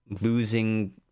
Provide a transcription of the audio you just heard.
losing